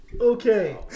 Okay